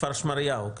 כפר שמריהו.